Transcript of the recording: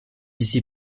ici